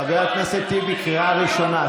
חבר הכנסת טיבי, קריאה ראשונה.